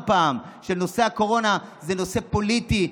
פעם שנושא הקורונה הוא נושא פוליטי,